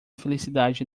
felicidade